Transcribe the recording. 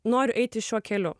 noriu eiti šiuo keliu